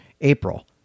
April